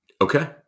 Okay